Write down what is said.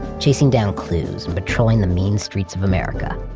chasing down clues, and patrolling the mean streets of america,